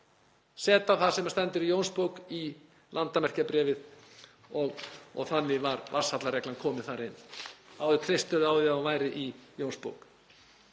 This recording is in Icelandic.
setja það sem stendur í Jónsbók í landamerkjabréfið og þannig var vatnshallareglan komin þarna inn. Áður treystum við á að hún væri í Jónsbók.